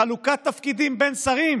בחלוקת תפקידים בין שרים.